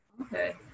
Okay